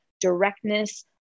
directness